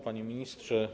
Panie Ministrze!